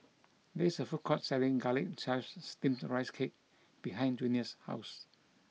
there is a food court selling garlic chives steamed rice cake behind Junia's house